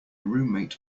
roommate